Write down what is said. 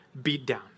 beatdown